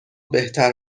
بهتر